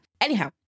anyhow